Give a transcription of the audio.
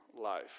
life